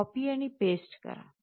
copy आणि paste करा